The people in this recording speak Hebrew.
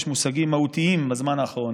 יש מושגים מהותיים בזמן האחרון.